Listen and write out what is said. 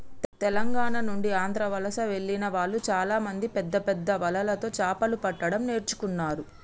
తెలంగాణ నుండి ఆంధ్ర వలస వెళ్లిన వాళ్ళు చాలామంది పెద్దపెద్ద వలలతో చాపలు పట్టడం నేర్చుకున్నారు